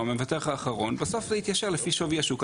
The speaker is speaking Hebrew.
המבטח האחרון בסוף זה יתיישר לפי שווי השוק.